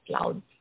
loud